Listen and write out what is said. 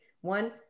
one